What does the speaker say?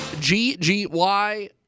G-G-Y